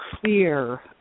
Clear